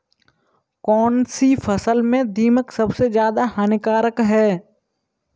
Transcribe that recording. कौनसी फसल में दीमक सबसे ज्यादा हानिकारक है?